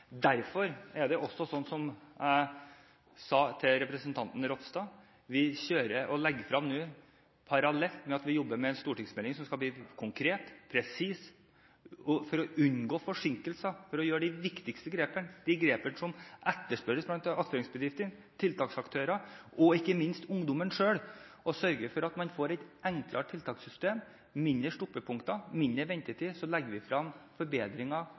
Derfor er det også sånn som jeg sa til representanten Ropstad: Parallelt med at vi jobber med en stortingsmelding som skal være konkret og presis, legger vi frem – for å unngå forsinkelser, for å gjøre de viktigste grepene, de grepene som etterspørres blant attføringsbedriftene, tiltaksaktører og, ikke minst, ungdommen selv, og sørge for at man får et enklere tiltakssystem, færre stoppunkter og kortere ventetid – saker om forbedringer direkte for Stortinget. Vi